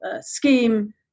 scheme